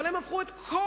אבל הם הפכו את כל